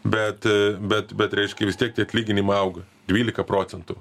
bet bet bet reiškia vis tiek tie atlyginimai auga dvylika procentų